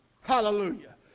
Hallelujah